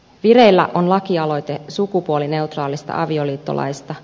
vireillä on lakialoite sukupuolineutraalista avioliittolaista